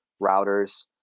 routers